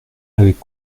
avec